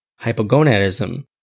hypogonadism